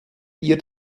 ihr